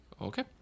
okay